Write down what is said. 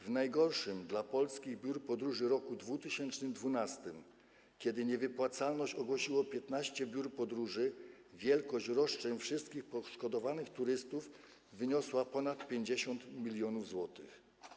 W najgorszym dla polskich biur podróży roku 2012, kiedy niewypłacalność ogłosiło 15 biur podróży, wielkość roszczeń wszystkich poszkodowanych turystów wyniosła ponad 50 mln zł.